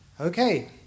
Okay